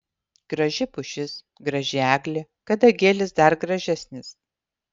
graži pušis graži eglė kadagėlis dar gražesnis